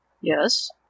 Yes